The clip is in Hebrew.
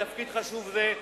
לתפקיד חשוב זה.